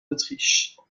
autriche